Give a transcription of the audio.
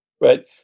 Right